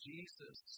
Jesus